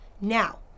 Now